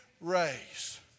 race